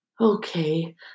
Okay